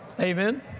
Amen